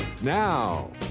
Now